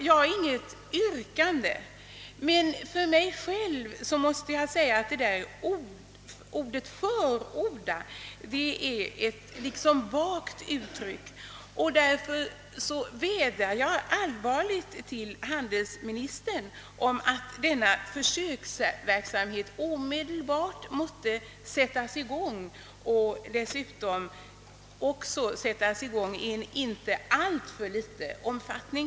Jag har inget yrkande, men på mig gör ordet förordar ett vagt intryck, och därför vädjar jag allvarligt till handelsministern att vidta åtgärder för att omedelbart få i gång denna försöksverksamhet och att den inte får alltför liten omfattning.